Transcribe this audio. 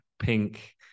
pink